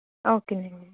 ఓకేనండి